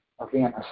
Again